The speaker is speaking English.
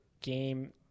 game